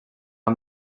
amb